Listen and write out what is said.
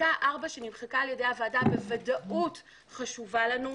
פסקה (4) שנמחקה על-ידי הוועדה בוודאות חשובה לנו.